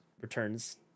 returns